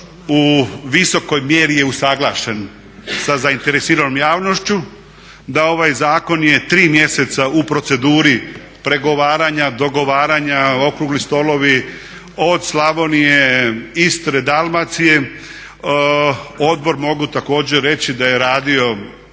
u visokoj mjeri je usuglašen sa zainteresiranom javnošću, da ovaj zakon je 3 mjeseca u proceduri pregovaranja, dogovaranja, okrugli stolovi od Slavonije, Istre, Dalmacije, odbor mogu također reći da je radio